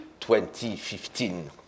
2015